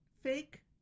fake